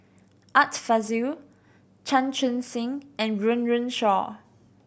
Art Fazil Chan Chun Sing and Run Run Shaw